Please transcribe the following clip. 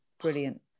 brilliant